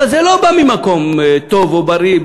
אבל זה לא בא ממקום טוב או בריא,